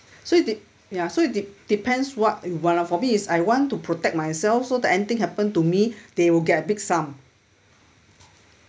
so it de~ so it de~ depends what you want lah for me it's I want to protect myself so that anything happen to me they will get a big sum